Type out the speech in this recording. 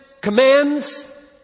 commands